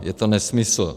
Je to nesmysl.